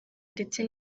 ndetse